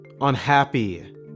Unhappy